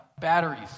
batteries